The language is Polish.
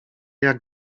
jak